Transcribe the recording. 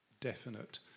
definite